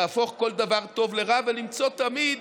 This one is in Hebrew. להפוך כל דבר טוב לרע ולמצוא תמיד